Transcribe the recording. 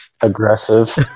Aggressive